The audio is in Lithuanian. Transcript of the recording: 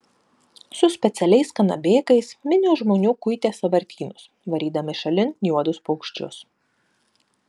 su specialiais kanabėkais minios žmonių kuitė sąvartynus varydami šalin juodus paukščius